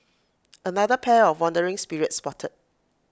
another pair of wandering spirits spotted